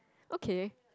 okay